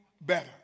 better